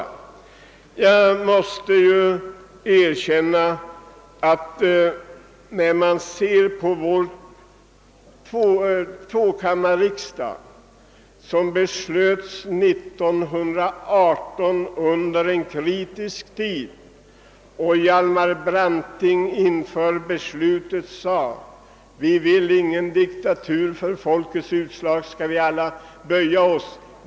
Under den kritiska tid 1918 då rösträttsreformen beslöts sade Hjalmar Branting: Vi vill ingen diktatur. För folkets utslag skall vi alla böja oss.